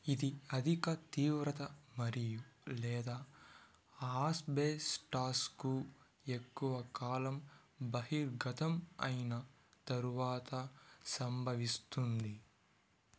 ఇది అధిక తీవ్రత మరియు లేదా ఆస్బెస్టాస్కు ఎక్కువ కాలం బహిర్గతం అయిన తర్వాత సంభవిస్తుంది